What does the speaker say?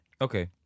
Okay